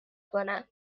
کنم